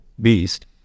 beast